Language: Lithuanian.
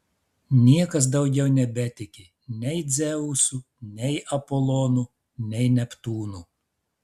niekas daugiau nebetiki nei dzeusu nei apolonu nei neptūnu